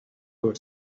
were